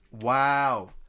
wow